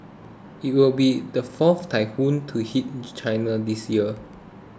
it will be the fourth typhoon to hit China this year